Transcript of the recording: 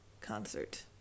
concert